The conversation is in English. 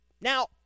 Now